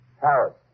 Paris